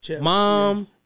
mom